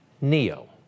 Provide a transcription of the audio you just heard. NEO